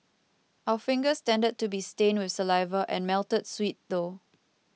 our fingers tended to be stained with saliva and melted sweet though